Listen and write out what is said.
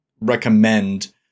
recommend